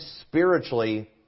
spiritually